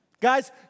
Guys